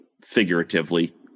figuratively